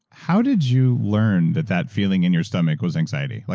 how did you learn that that feeling in your stomach was anxiety?